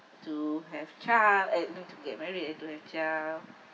to have child and you know to get married and to have child